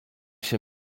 się